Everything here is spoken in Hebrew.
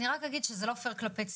אני רק אגיד שזה לא פייר כלפי ציבור.